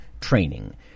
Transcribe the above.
training